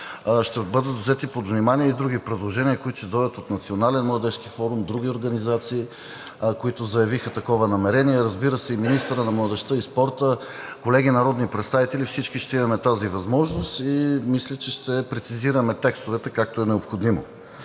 Ще бъдат взети под внимание и други предложения, които ще дойдат от Националния младежки форум и други организации, които заявиха такова намерение, разбира се и министърът на младежта и спорта, и колеги народни представители – всички ще имаме тази възможност. Мисля, че ще прецизираме текстовете, както е необходимо.